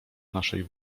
naszej